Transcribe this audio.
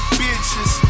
bitches